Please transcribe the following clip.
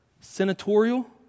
senatorial